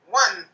one